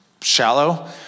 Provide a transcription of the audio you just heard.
shallow